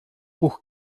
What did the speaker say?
por